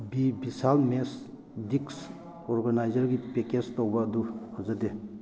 B Vishal ꯃꯦꯁ ꯗꯤꯛꯁ ꯑꯣꯔꯒꯅꯥꯏꯖꯔꯒꯤ ꯄꯦꯀꯦꯁ ꯇꯧꯕ ꯑꯗꯨ ꯐꯖꯗꯦ